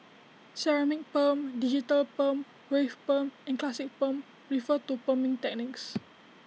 ceramic perm digital perm wave perm and classic perm refer to perming techniques